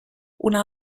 una